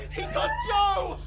he got joe.